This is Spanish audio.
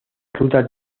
ruta